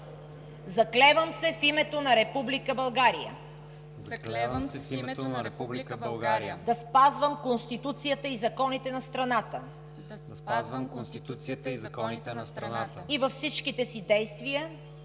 „Заклевам се в името на Република България да спазвам Конституцията и законите на страната и във всичките си действия